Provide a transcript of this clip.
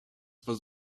was